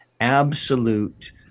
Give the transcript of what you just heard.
absolute